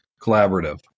collaborative